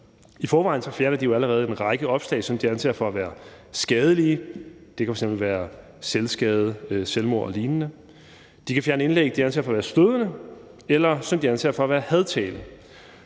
I forvejen fjerner de jo allerede en række opslag, som de anser for at være skadelige. Det kan f.eks. være om selvskade, selvmord og lignende. De kan fjerne indlæg, de anser for at være stødende, eller som de